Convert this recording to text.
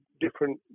different